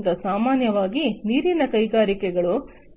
ಆದ್ದರಿಂದ ಸಾಮಾನ್ಯವಾಗಿ ನೀರಿನ ಕೈಗಾರಿಕೆಗಳು